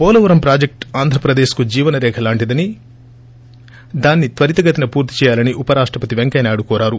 Polavaram project ఆంధ్రప్రదేశ్కు జీవనరేఖలాంటిందని దాన్ని త్వరితగతిన పూర్తి చేయాలని ఉప రాష్టపతి వెంకయ్య నాయుడు కోరారు